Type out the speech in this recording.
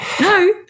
No